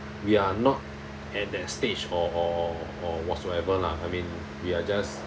we are not at that stage or or or whatsoever lah I mean we are just